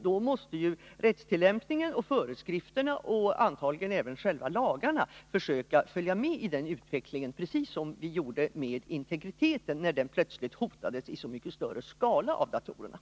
Då måste man i rättstillämpningen, föreskrifterna och antagligen även i själva lagarna försöka följa med i den utvecklingen, precis som vi gjorde i fråga om integriteten, när den plötsligt hotades av datorerna i så mycket större skala än tidigare.